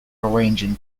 arranging